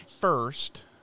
first